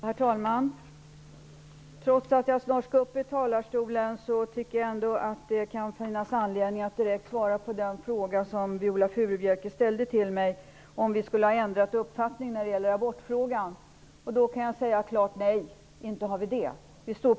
Herr talman! Trots att jag snart skall upp i talarstolen för att hålla mitt anförande tycker jag att det finns anledning att svara direkt på den fråga som Viola Furubjelke ställde till mig om det är så att vi har ändrat uppfattning i abortfrågan. Jag kan säga ett klart nej; det har vi inte gjort.